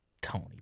Tony